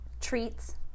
Treats